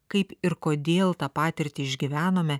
kaip ir kodėl tą patirtį išgyvenome